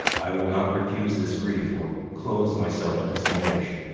i will not refuse this grief or close myself to this anguish.